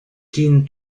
keen